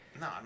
no